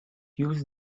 use